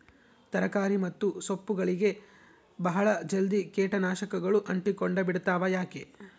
ತರಕಾರಿ ಮತ್ತು ಸೊಪ್ಪುಗಳಗೆ ಬಹಳ ಜಲ್ದಿ ಕೇಟ ನಾಶಕಗಳು ಅಂಟಿಕೊಂಡ ಬಿಡ್ತವಾ ಯಾಕೆ?